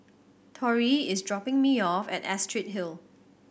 Tori is dropping me off at Astrid Hill